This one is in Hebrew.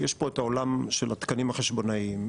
יש פה את העולם של התקנים החשבונאים,